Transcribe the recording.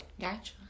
Gotcha